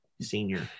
senior